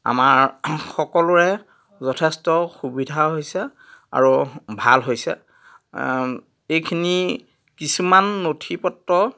আমাৰ সকলোৰে যথেষ্ট সুবিধা হৈছে আৰু ভাল হৈছে এইখিনি কিছুমান নথি পত্ৰ